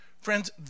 Friends